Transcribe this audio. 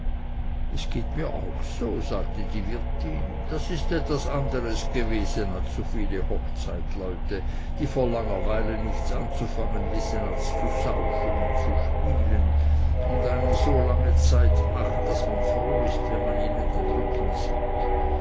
es geht mir auch so sagte die wirtin das ist etwas anderes gewesen als so viele hochzeitleute die vor langer weile nichts anzufangen wissen als zu saufen und zu spielen und einem so lange zeit machen daß man froh ist wenn man ihnen den rücken sieht